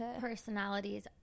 personalities